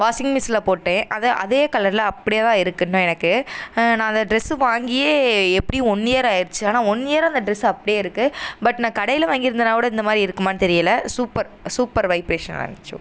வாஷிங்மிஷினில் போட்டேன் அது அதே கலரில் அப்படியே தான் இருக்குது இன்றும் எனக்கு நான் அந்த ட்ரெஸ்ஸு வாங்கியே எப்படியும் ஒன் இயர் ஆகிடுச்சி ஆனால் ஒன் இயராக அந்த ட்ரெஸ் அப்படியே இருக்குது பட் நான் கடையில் வாங்கிருந்தேனால் கூட இந்த மாதிரி இருக்குமான்னு தெரியலை சூப்பர் சூப்பர் வைப்ரேஷனாக இருந்துச்சு